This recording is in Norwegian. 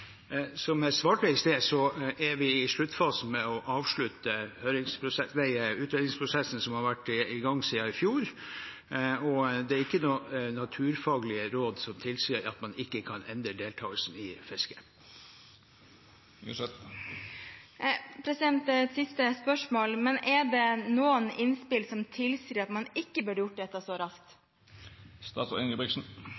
Som jeg svarte i sted, er vi i sluttfasen av utredningsprosessen som har vært i gang siden i fjor, og det er ikke noen naturfaglige råd som tilsier at man ikke kan endre deltakelsen i fisket. Et siste spørsmål: Er det noen innspill som tilsier at man ikke burde gjort dette så raskt?